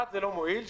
אחד זה לא מועיל.